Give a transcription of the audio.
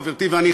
חברתי ואני,